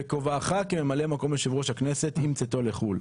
בכובעך כממלא מקום יושב ראש הכנסת עם צאתו לחוץ לארץ,